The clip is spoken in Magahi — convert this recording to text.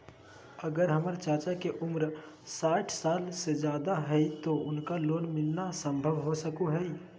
अगर हमर चाचा के उम्र साठ साल से जादे हइ तो उनका लोन मिलना संभव हो सको हइ?